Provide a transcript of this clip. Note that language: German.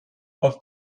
auf